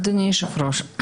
אדוני היושב ראש,